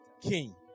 King